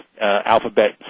alphabet